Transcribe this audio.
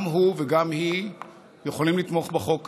גם הוא וגם היא יכולים לתמוך בחוק הזה,